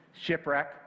shipwreck